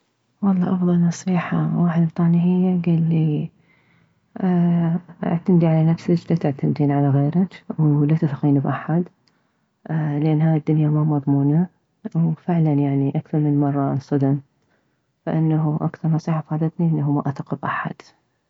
والله افضل نصيحة واحد انطاني هي كلي اعتمدي على نفسج لا تعتمدين على غيرج ولا تثقين بأحد لان هاي الدنيا ما مضمونة وفعلا يعني اكثر من مرة انصدم فانه اكثر نصيحة فادتني انه ما اثق بأحد